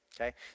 Okay